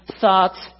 thoughts